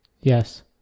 Yes